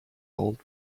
old